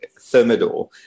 thermidor